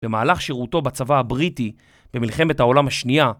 במהלך שירותו בצבא הבריטי במלחמת העולם השנייה.